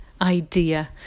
idea